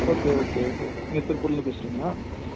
okay okay okay நீங்கள் திருப்பூர்லேருந்து பேசுகிறீங்களா